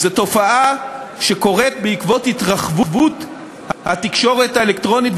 זו תופעה שקורית בעקבות התרחבות התקשורת האלקטרונית,